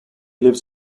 lives